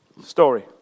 Story